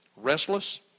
Restless